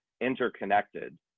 interconnected